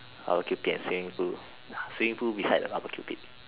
I'll keep a swimming pool swimming pool beside the barbecue pit